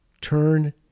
turn